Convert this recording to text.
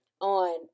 on